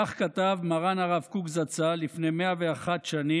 כך כתב מרן הרב קוק זצ"ל לפני 101 שנים,